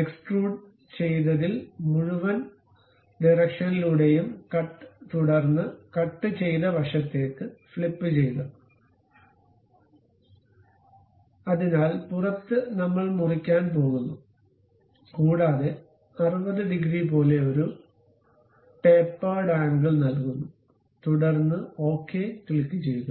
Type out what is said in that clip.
extrude ചെയ്തതിൽ മുഴുവൻ direction നിലൂടെയും കട്ട് തുടർന്ന് കട്ട് ചെയ്ത വശത്തേക്ക് ഫ്ളിപ്ചെയ്യുക അതിനാൽ പുറത്ത് നമ്മൾ മുറിക്കാൻ പോകുന്നു കൂടാതെ 60 ഡിഗ്രി പോലെ ഒരു ടാപ്പേർഡ് ആംഗിൾ നൽകുന്നു തുടർന്ന് ഓക്കേ ക്ലിക്കുചെയ്യുക